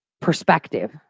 perspective